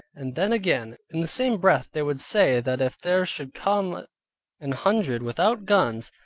and then again, in the same breath they would say that if there should come an hundred without guns,